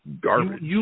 garbage